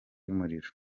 y’umuriro